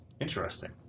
Interesting